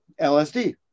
LSD